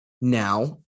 Now